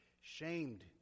shamed